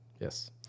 Yes